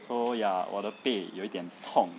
so ya 我的背有点痛